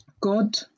God